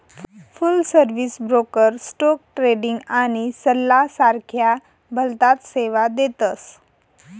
फुल service broker stock trading आणि सल्ला सारख्या भलताच सेवा देतस